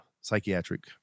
psychiatric